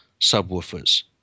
subwoofers